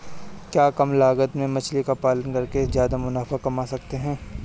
क्या कम लागत में मछली का पालन करके ज्यादा मुनाफा कमा सकते हैं?